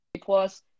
Plus